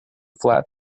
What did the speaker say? flat